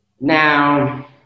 Now